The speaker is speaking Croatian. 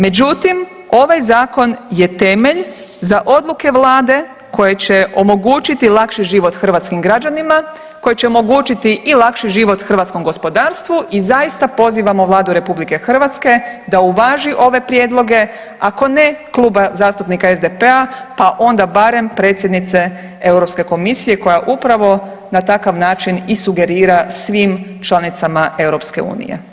Međutim, ovaj zakon je temelj za odluke Vlade koje će omogućiti lakši život hrvatskim građanima, koje će omogućiti i lakši život hrvatskom gospodarstvu i zaista pozivamo Vladu RH da uvaži ove prijedloge ako ne Kluba zastupnika SDP-a, pa onda barem predsjednice Europske komisije koja upravo na takav način i sugerira svim članicama EU.